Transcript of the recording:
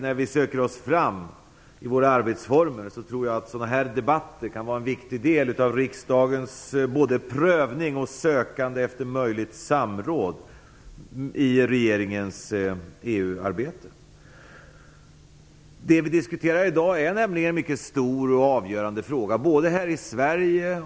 När vi söker oss fram efter arbetsformer tror jag att sådana här debatter kan vara en viktig del av riksdagens både prövning och sökande efter möjligt samråd i regeringens EU-arbete. Det vi diskuterar i dag är nämligen en mycket stor och avgörande fråga här i Sverige.